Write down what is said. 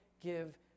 give